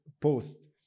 post